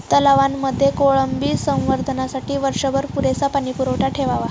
तलावांमध्ये कोळंबी संवर्धनासाठी वर्षभर पुरेसा पाणीसाठा ठेवावा